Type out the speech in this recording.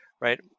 right